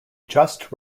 just